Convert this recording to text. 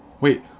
wait